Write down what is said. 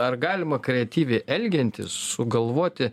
ar galima kreatyviai elgiantis sugalvoti